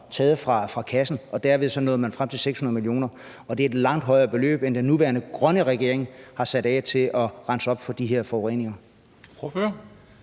taget fra kassen, og at man derved nåede frem til 600 mio. kr., og at det er et langt højere beløb, end den nuværende grønne regering har sat af til at oprense de her forureninger?